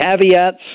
caveats